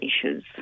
issues